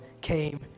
came